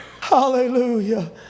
hallelujah